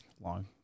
long